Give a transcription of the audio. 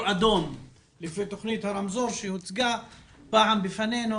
אדום לפי תוכנית הרמזור שהוצגה פעם בפנינו,